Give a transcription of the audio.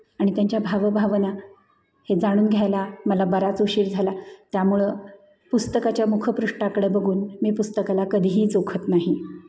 आणि त्यांच्या भावभावना हे जाणून घ्यायला मला बराच उशीर झाला त्यामुळं पुस्तकाच्या मुखपृष्ठाकडे बघून मी पुस्तकाला कधीही जोखत नाही